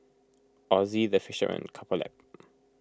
Ozi the Face Shop and Couple Lab